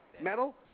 Metal